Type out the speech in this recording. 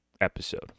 episode